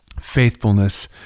Faithfulness